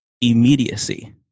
immediacy